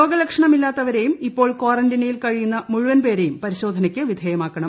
രോഗലക്ഷണമില്ലാത്തവരെയും ഇപ്പോൾ ക്വാറന്റയിനിൽ കഴിയുന്ന മുഴുവൻ പേരെയും പരിശോധനയ്ക്ക് വിധേയമാക്കണം